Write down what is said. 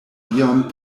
iom